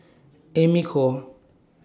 Amy Khor